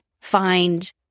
find